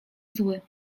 zły